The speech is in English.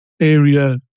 area